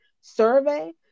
survey